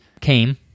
came